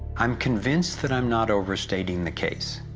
i'm convinced that i'm not overstating the case.